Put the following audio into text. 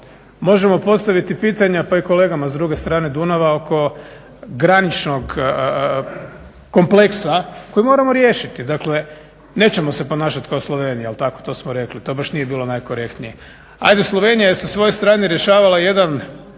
možemo postaviti pitanja pa i kolegama s druge strane Dunava oko graničnog kompleksa koji moramo riješiti. Dakle, nećemo se ponašati kao Slovenija je li tako, to smo rekli, to baš nije bilo najkorektnije. Ajde Slovenija je sa svoje strane rješavala jedan